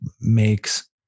makes